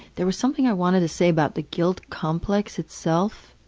there was something i wanted to say about the guilt complex itself